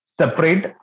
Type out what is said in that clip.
separate